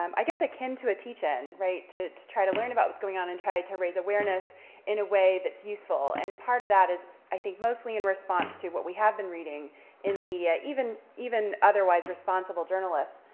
um i guess, akin to a teach-in, right, to to try to learn about what's going on and try to raise awareness in a way that's useful, and part of that is, i think, mostly in response to what we have been reading in the media, even even otherwise responsible journalists.